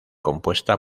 compuesta